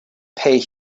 pay